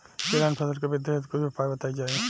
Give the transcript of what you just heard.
तिलहन फसल के वृद्धी हेतु कुछ उपाय बताई जाई?